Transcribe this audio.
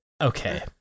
Okay